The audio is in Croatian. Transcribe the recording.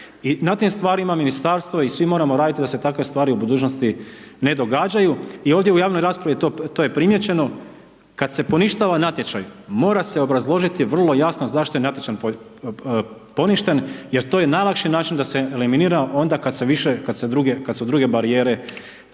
na tim stvarima, ministarstvo i svi moramo raditi da se takve stvari u budućnosti ne događaju i ovdje u javnoj raspravi to je primijećeno. Kad se poništava natječaj mora se obrazložiti vrlo jasno zašto je natječaj poništen, jer to je najlakši način da se eliminira onda kad se, kad su druge barijere spriječene.